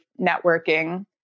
networking